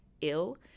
ill